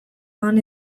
han